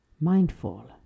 mindful